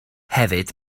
hefyd